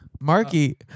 Marky